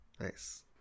Nice